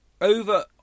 Over